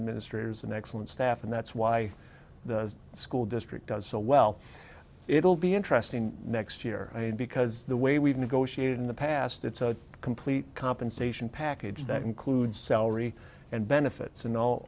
administrators and excellent staff and that's why the school district does so well it'll be interesting next year because the way we've negotiated in the past it's a complete compensation package that includes salary and benefits and all